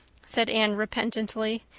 said anne repentantly.